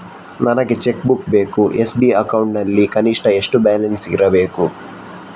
ನನಗೆ cheque book ಬೇಕು SB account ನಲ್ಲಿ ಕನಿಷ್ಠ ಎಷ್ಟು ಬ್ಯಾಲೆನ್ಸ್ ಇರಬೇಕು?